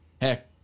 Heck